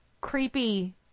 creepy